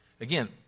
Again